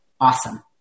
Awesome